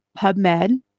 PubMed